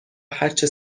هرچه